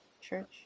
church